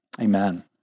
Amen